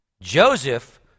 Joseph